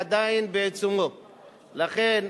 לכן,